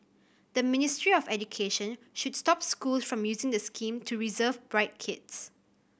the Ministry of Education should stop schools from using the scheme to reserve bright kids